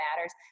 matters